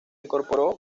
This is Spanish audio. incorporó